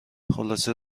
خلاصه